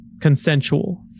consensual